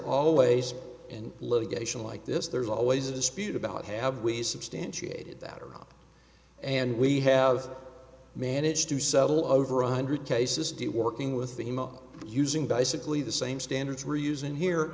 always in litigation like this there's always a dispute about have we substantiated that around and we have managed to settle over one hundred cases do working with the most using basically the same standards reuse in here